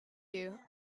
you